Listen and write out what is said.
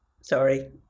Sorry